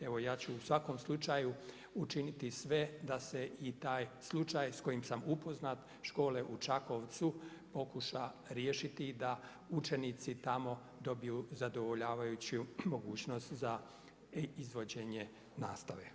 Evo ja ću u svakom slučaju učiniti sve da se i taj slučaj sa kojim sam upoznat škole u Čakovcu pokuša riješiti da učenici tamo dobiju zadovoljavajuću mogućnost za izvođenje nastave.